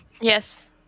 Yes